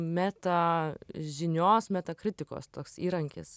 meta žinios meta kritikos toks įrankis